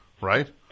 Right